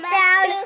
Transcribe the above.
down